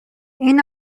این